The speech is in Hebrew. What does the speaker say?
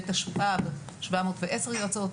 בתשפ"ב 710 יועצות.